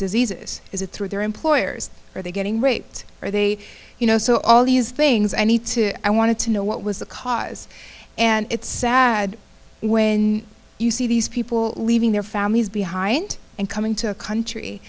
diseases is it through their employers are they getting raped or are they you know so all these things i need to i wanted to know what was the cause and it's sad when you see these people leaving their families behind and coming to a country